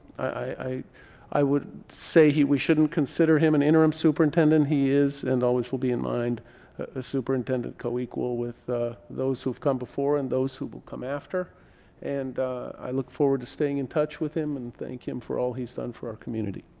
i i would say he we shouldn't consider him an interim superintendent he is and always will be in mind a superintendent co-equal with those who have come before and those who will come after and i look forward to staying in touch with him and thank him for all he's done for our community.